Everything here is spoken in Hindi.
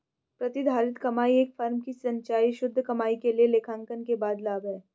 प्रतिधारित कमाई एक फर्म की संचयी शुद्ध कमाई के लिए लेखांकन के बाद लाभ है